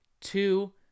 two